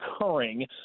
occurring